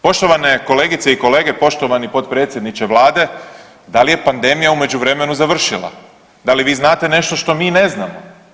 Poštovane kolegice i kolege, poštovani potpredsjedniče vlade, da li je pandemija u međuvremenu završila, da li vi znate nešto što mi ne znamo?